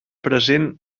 present